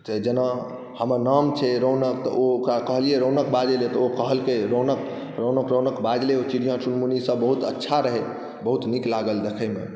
तऽ जेना हमर नाम छै रौनक तऽ ओ ओकरा कहलिए रौनक बाजैलए तऽ ओ कहलकै रौनक रौनक रौनक बाजलै चिड़िआ चुनमुनीसब बहुत अच्छा रहै बहुत नीक लागल देखैमे